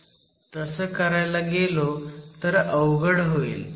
तसं करायला गेलो तर अवघड होईल